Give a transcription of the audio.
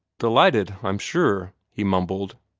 delighted, i'm sure, he mumbled.